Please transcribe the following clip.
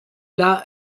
las